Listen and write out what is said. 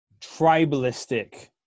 tribalistic